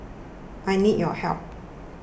I need your help